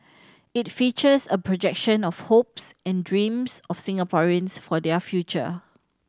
it features a projection of hopes and dreams of Singaporeans for their future